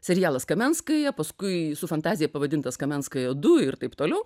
serialas kamenskaja paskui su fantazija pavadintas kamenskaja du ir taip toliau